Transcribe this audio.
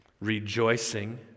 rejoicing